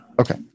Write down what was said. Okay